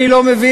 אני לא מבין,